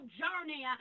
journey